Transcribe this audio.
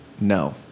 No